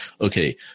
okay